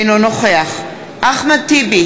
אינו נוכח אחמד טיבי,